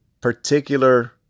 particular